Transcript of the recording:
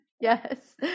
yes